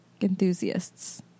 enthusiasts